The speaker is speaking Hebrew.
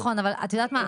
נכון אבל, את יודעת מה?